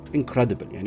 incredible